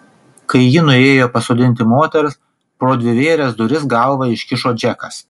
kai ji nuėjo pasodinti moters pro dvivėres duris galvą iškišo džekas